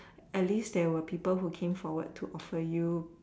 at least there were people who came forward and offer you